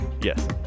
yes